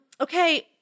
Okay